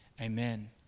amen